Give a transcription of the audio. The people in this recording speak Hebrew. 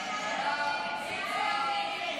הצבעה.